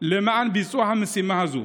למען ביצוע המשימה הזאת.